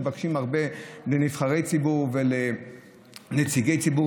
מבקשים הרבה לנבחרי ציבור ולנציגי ציבור,